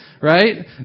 Right